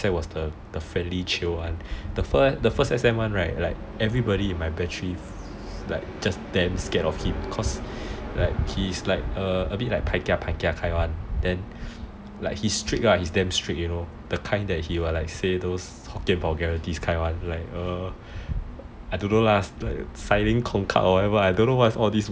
my first S_M was the friendly chill [one] the other one everyone in my battery just like damn scared of him like he is like a bit like pai kia kind one like he strict lah he is damn strict you know the kind he will say those hokkien vulgarities [one]